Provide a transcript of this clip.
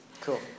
Cool